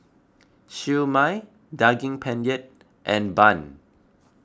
Siew Mai Daging Penyet and Bun